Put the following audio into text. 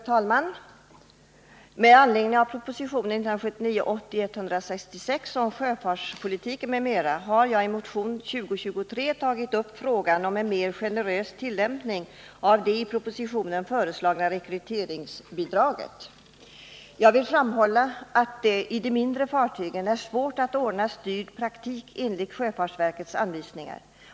Herr talman! Med anledning av proposition 1979/80:166 om sjöfartspolitiken m.m. har jag i motion 2023 tagit upp frågan om en mer generös tillämpning av det i propositionen föreslagna rekryteringsbidraget. Jag vill framhålla att det på de mindre fartygen är svårt att ordna styrd praktik enligt sjöfartsverkets anvisningar.